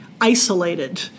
isolated